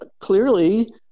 clearly